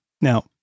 Now